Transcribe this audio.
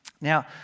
Now